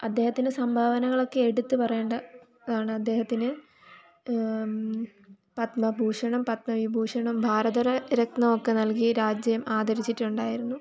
അദ്ദേഹതിൻ്റെ സംഭാവനകളൊക്കെ എടുത്തു പറയേണ്ട ഇതാണ് അദേഹത്തിനു പത്മഭൂഷണം പത്മവിഭൂഷണം ഭാരത രത്നം ഒക്കെ നൽകി രാജ്യം ആദരിച്ചിട്ടുണ്ടായിരുന്നു